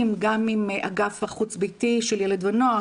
גם עם האגף החוץ ביתי של ילד ונוער,